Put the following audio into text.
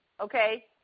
okay